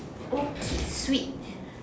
okay Switch